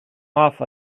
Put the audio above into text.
off